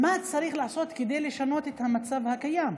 מה צריך לעשות כדי לשנות את המצב הקיים?